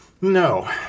No